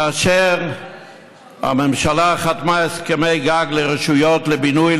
כאשר הממשלה חתמה על הסכמי גג עם הרשויות לבינוי,